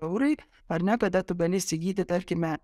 eurai ar ne tada tu gali įsigyti tarkime